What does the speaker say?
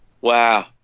wow